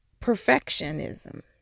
perfectionism